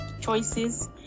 choices